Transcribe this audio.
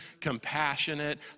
compassionate